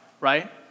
right